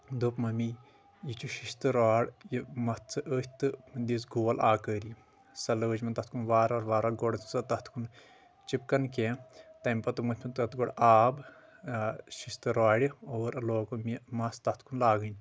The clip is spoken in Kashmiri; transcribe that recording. دوٚپ ممی یہِ چھِ شیٚشتٕر راڈ یہِ متھ ژٕ أتھۍ تہٕ دِس گول آکٲری سۄ لٲج مےٚ تتھ کُن وارٕ وار وارٕ وار گۄڈٕ سۄ تتھ کُن چپکان کینٛہہ تیٚمہِ پتہٕ موٚتھ مےٚ تتھ گۄڈٕ آب اۭ شیٚشتٕر راڑِ اور لوگُم یہِ مس تتھ کُن لاگٕنۍ